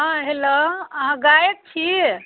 हँ हेलो अहाँ गायक छी